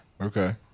Okay